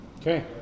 Okay